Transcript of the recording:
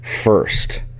first